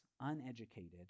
uneducated